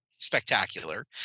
spectacular